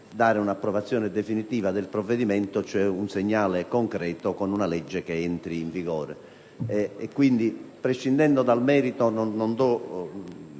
dare una approvazione definitiva del provvedimento, cioè un segnale concreto con una legge che entri in vigore. Quindi, prescindendo dal merito, non do